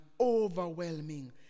overwhelming